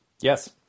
Yes